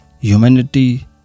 Humanity